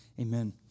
amen